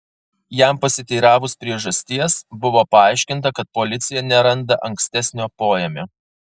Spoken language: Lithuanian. jam pasiteiravus priežasties buvo paaiškinta kad policija neranda ankstesnio poėmio